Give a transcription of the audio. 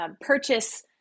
purchase